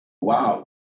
wow